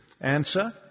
Answer